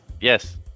yes